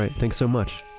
ah thanks so much.